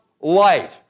light